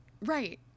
Right